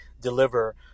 deliver